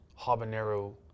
habanero